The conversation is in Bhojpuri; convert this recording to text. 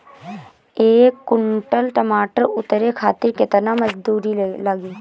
एक कुंटल टमाटर उतारे खातिर केतना मजदूरी लागी?